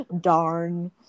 Darn